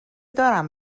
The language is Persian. دارم